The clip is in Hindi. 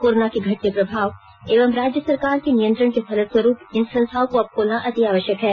कोरोना के घटते प्रभाव एवं राज्य सरकार के नियंत्रण के फलस्वरूप इन संस्थानों को अब खोलना अति आवश्यक है